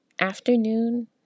afternoon